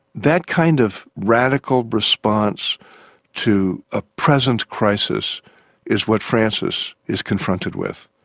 that kind of radical response to a present crisis is what francis is confronted with.